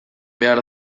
behar